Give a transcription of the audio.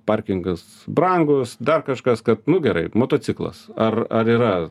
parkingas brangus dar kažkas kad nu gerai motociklas ar ar yra